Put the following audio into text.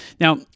Now